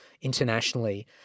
internationally